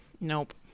Nope